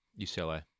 UCLA